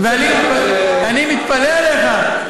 אני מתפלא עליך.